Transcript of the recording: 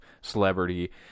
celebrity